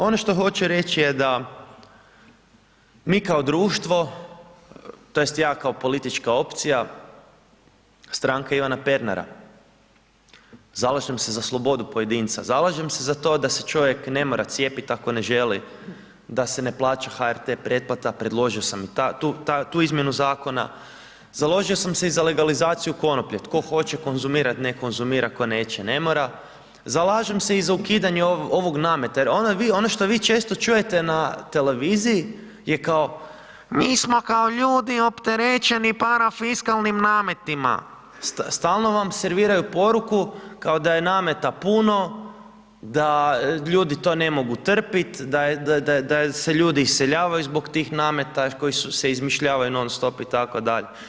Ono što hoću reći je da mi kao društvo tj. ja kao politička opcija Stranka Ivana Pernara zalažem se za slobodu pojedinca, zalažem se za to da se čovjek ne mora cijepit ako ne želi, da se ne plaći HRT pretplata predložio sam ta, tu, ta, tu izmjenu zakona, založio sam se i za legalizaciju konoplje, tko hoće konzumirat nek konzumira ko neće ne mora, zalažem se i za ukidanje ovog nameta jer ono što vi često čujete na televiziji je kao „mi smo kao ljudi opterećeni parafiskalnim nametima“, stalno vam serviraju poruku kao da je nameta puno, da ljudi to ne mogu trpit, da je, da, da se ljudi iseljavaju zbog tih nameta koji se izmišljavaju non stop itd.